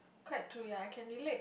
quite true ya I can relate